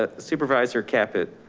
ah supervisor cap. it,